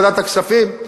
ועדת הכספים,